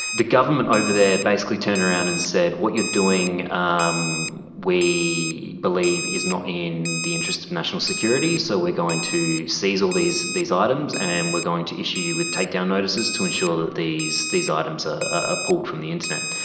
the government over their basically turned around and said what you're doing um we believe is not in the interest of national security so we are going to seize all these these items and we are going to issue you with takedown notices to ensure that these these items are ah pulled from the internet.